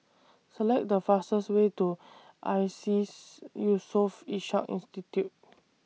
Select The fastest Way to ISEAS Yusof Ishak Institute